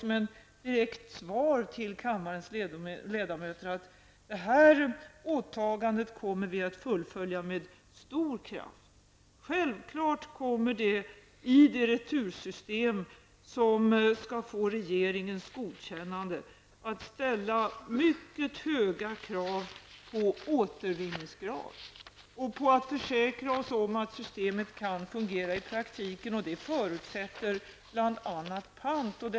Som ett direkt svar till kammarens ledamöter vill jag säga att vi kommer att fullfölja vårt åtagande med stor kraft. Självklart kommer det i det retursystem som skall få regeringens godkännande att ställas mycket höga krav på återvinningsgrad. Vi måste försäkra oss om att systemet kan fungera i praktiken. Det förutsätter bl.a. ett pantsystem.